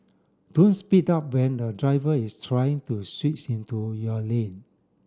don't speed up when a driver is trying to switch into your lane